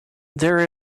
there